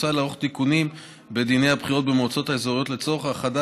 מוצע לערוך תיקונים בדיני הבחירות במועצות האזוריות לצורך האחדה